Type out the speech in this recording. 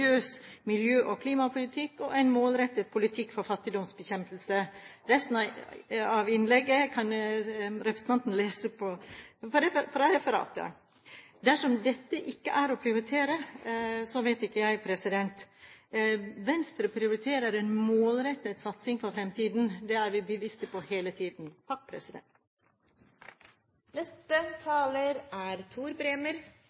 miljø- og klimapolitikk og en målrettet politikk for fattigdomsbekjempelse. Resten av innlegget kan representanten se i referatet. Dersom dette ikke er å prioritere, så vet ikke jeg. Venstre prioriterer en målrettet satsing på fremtiden. Det er vi bevisste på hele tiden.